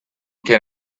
can